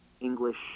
English